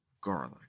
garlic